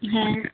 হ্যাঁ